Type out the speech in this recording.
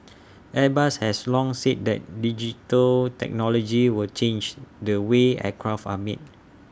airbus has long said that digital technology will change the way aircraft are made